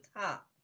top